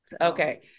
Okay